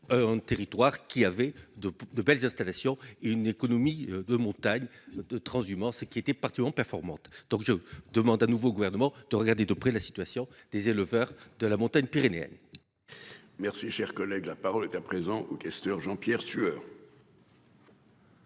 Un territoire qui avait de, de belles installations, il ne l'économie de montagne de transhumance qui était partout en performante. Donc je demande à nouveau gouvernement de regarder de près la situation des éleveurs de la montagne pyrénéenne. Merci, cher collègue, la parole est à présent aux questeur Jean-Pierre Sueur.